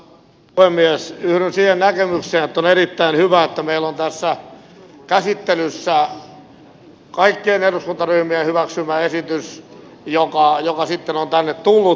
yhdyn siihen näkemykseen että on erittäin hyvä että meillä on käsittelyssä kaikkien eduskuntaryhmien hyväksymä esitys joka sitten on tänne tullut